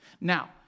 Now